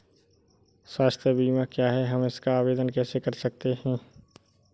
स्वास्थ्य बीमा क्या है हम इसका आवेदन कैसे कर सकते हैं?